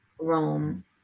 Rome